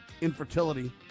Infertility